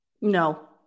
No